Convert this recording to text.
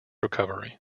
recovery